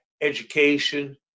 education